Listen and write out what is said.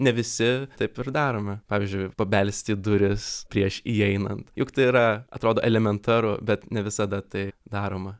ne visi taip ir darome pavyzdžiui pabelsti į duris prieš įeinant juk tai yra atrodo elementaru bet ne visada tai daroma